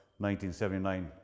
1979